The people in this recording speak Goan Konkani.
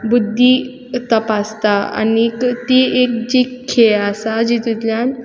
बुद्दी तपासता आनीक ती एक जी खेळ आसा जितूंतल्यान